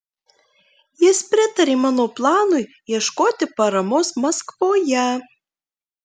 jis pritarė mano planui ieškoti paramos maskvoje